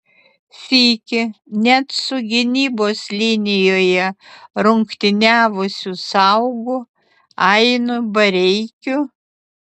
sykį net su gynybos linijoje rungtyniavusiu saugu ainu bareikiu